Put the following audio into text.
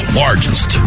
largest